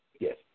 Yes